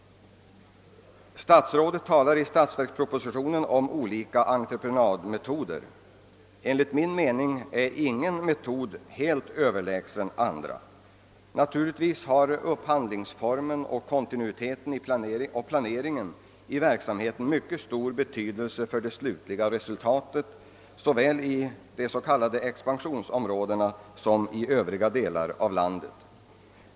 Statsrådet talar i statsverkspropositionen om olika entreprenadmetoder. Enligt min mening är ingen metod helt överlägsen andra. Naturligtvis har upphandlingsformen, kontinuiteten och planeringen i verksamheten mycket stor betydelse för det slutliga resultatet såväl i de s.k. expansionsområdena som i övriga delar av landet.